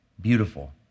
Beautiful